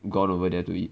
gone over there to eat